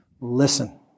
listen